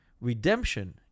redemption